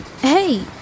Hey